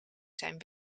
zijn